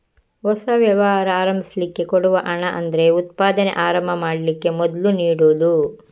ಹೊಸ ವ್ಯವಹಾರ ಆರಂಭಿಸ್ಲಿಕ್ಕೆ ಕೊಡುವ ಹಣ ಅಂದ್ರೆ ಉತ್ಪಾದನೆ ಆರಂಭ ಮಾಡ್ಲಿಕ್ಕೆ ಮೊದ್ಲು ನೀಡುದು